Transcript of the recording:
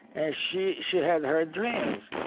and she she had her dreams.